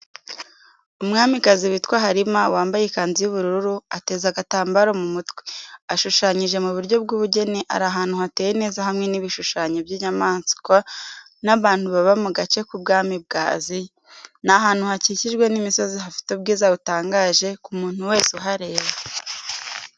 Umwamikazi witwa Halima, wambaye ikanzu y'ubururu ateze agatambaro mu mutwe, ashushanyije mu buryo bw'ubugeni ari ahantu hateye neza hamwe n'ibishushanyo by’inyamaswa n'abantu baba mu gace k'ubwami bwa Aziya. Ni ahantu hakikijwe n'imisozi hafite ubwiza butangaje ku muntu wese uhareba.